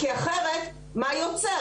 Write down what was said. כי אחרת מה יוצא?